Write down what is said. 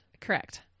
Correct